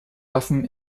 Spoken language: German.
waffen